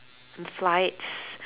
flights